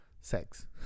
sex